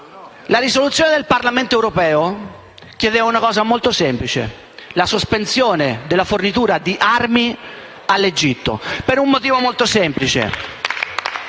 la risoluzione del Parlamento europeo chiede una cosa molto semplice: la sospensione della fornitura di armi all'Egitto, per un motivo molto semplice.